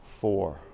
four